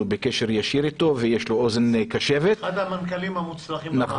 בקשר ישיר איתו ויש לו אוזן קשבת --- אחד המנכ"לים המוצלחים במערכת.